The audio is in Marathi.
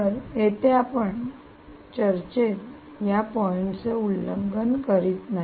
तर येथे आपण चर्चेत या पॉइंट चे उल्लंघन करीत नाही